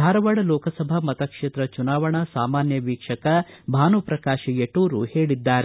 ಧಾರವಾಡ ಲೋಕಸಭಾ ಮತಕ್ಷೇತ್ರ ಚುನಾವಣಾ ಸಾಮಾನ್ಯ ವೀಕ್ಷಕ ಭಾನುಪ್ರಕಾಶ ಯೆಟೂರು ಹೇಳಿದ್ದಾರೆ